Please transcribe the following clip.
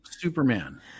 Superman